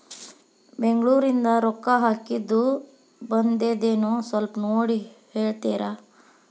ಬೆಂಗ್ಳೂರಿಂದ ರೊಕ್ಕ ಹಾಕ್ಕಿದ್ದು ಬಂದದೇನೊ ಸ್ವಲ್ಪ ನೋಡಿ ಹೇಳ್ತೇರ?